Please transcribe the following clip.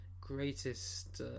greatest